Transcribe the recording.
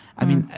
i mean,